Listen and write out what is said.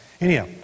Anyhow